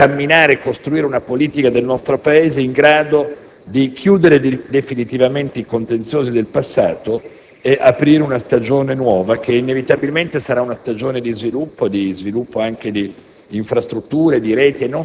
sul quale costruire una politica del nostro Paese in grado di chiudere definitivamente i contenziosi del passato e di aprire una stagione nuova che, inevitabilmente, sarà una stagione di sviluppo, anche di